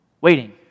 waiting